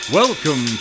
welcome